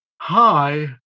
Hi